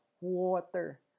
water